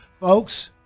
Folks